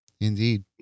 Indeed